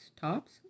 tops